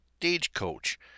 stagecoach